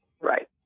Right